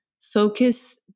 focus